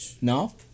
No